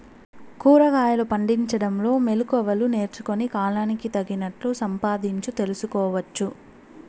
కూరగాయలు పండించడంలో మెళకువలు నేర్చుకుని, కాలానికి తగినట్లు సంపాదించు తెలుసుకోవచ్చు